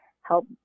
help